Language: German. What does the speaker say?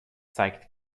zeigt